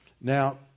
Now